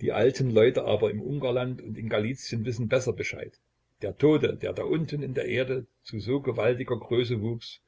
die alten leute aber im ungarland und in galizien wissen besser bescheid der tote der da unten in der erde zu so gewaltiger größe wuchs